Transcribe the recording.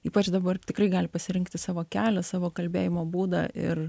ypač dabar tikrai gali pasirinkti savo kelią savo kalbėjimo būdą ir